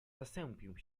zasępił